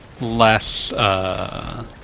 less